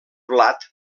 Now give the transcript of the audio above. blat